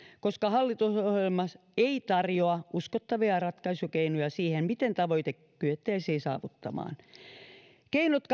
koska hallitusohjelma ei tarjoa uskottavia ratkaisukeinoja siihen miten tavoite kyettäisiin saavuttamaan keinot